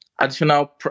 Additional